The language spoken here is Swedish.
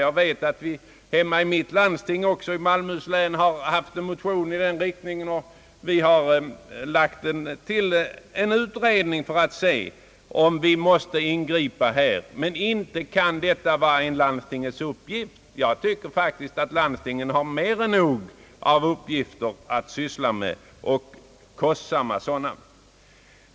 I Malmöhus läns landsting, som jag tillhör, har en motion väckts med förslag i den riktningen, och med anledning därav har en utredning signalerats för att klarlägga, huruvida landstinget bör ingripa på det här området. Enligt min mening kan det inte vara en uppgift för landstingen att ta itu med kommunikationsfrågor. Jag tycker att landstingen har mer än nog av uppgifter att syssla med — kostsamma sådana.